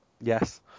Yes